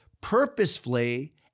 purposefully